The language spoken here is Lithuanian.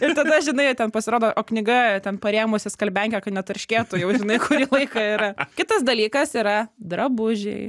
ir tada žinai o ten pasirodo o knyga ten parėmusi skalbiankę kad netarškėtų jau žinai kurį laiką yra kitas dalykas yra drabužiai